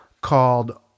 called